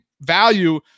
value